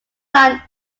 line